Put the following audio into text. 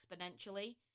exponentially